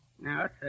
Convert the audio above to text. Now